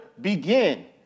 begin